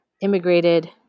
immigrated